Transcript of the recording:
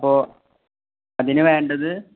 അപ്പോൾ അതിന് വേണ്ടത്